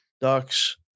Ducks